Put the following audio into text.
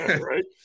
Right